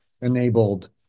enabled